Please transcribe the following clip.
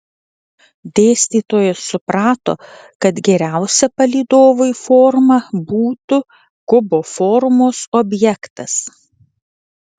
dėstytojas suprato kad geriausia palydovui forma būtų kubo formos objektas